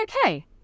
okay